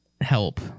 help